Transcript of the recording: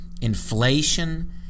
inflation